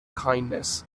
kindness